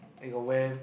they got wear